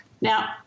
Now